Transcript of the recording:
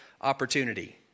opportunity